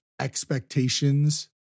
expectations